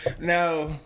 Now